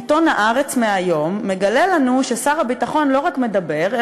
עיתון "הארץ" מהיום מגלה לנו ששר הביטחון לא רק מדבר,